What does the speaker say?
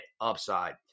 upside